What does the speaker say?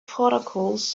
protocols